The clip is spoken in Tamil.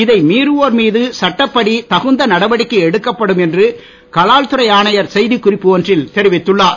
இதை மீறுவோர் மீது சட்டப்படி தகுந்த நடவடிக்கை எடுக்கப்படும் என்று கலால் துறை துணை ஆணையர் செய்திக்குறிப்பு ஒன்றில் தெரிவித்துள்ளார்